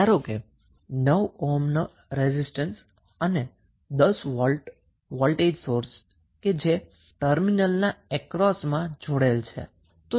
ધારો કે આપણી પાસે 9 ઓહ્મ રેઝિસ્ટન્સનો લોડ અને 10 વોલ્ટ સોર્સ ટર્મિનલના અક્રોસમાં જોડેલ છે